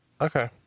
Okay